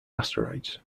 asteroids